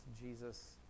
Jesus